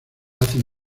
hacen